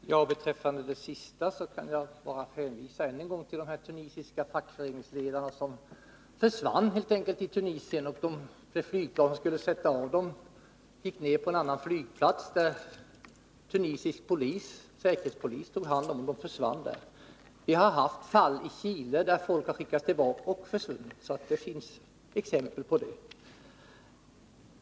Herr talman! Vad beträffar det sista kan jag bara hänvisa än en gång till de tunisiska fackföreningsledarna, som helt enkelt försvann i Tunisien. Det flygplan som skulle sätta av dem gick ned på en annan flygplats, där tunisisk säkerhetspolis tog hand om dem och där de försvann. Vi har haft fall i Chile där folk skickats tillbaka och försvunnit. Det finns alltså exempel på det.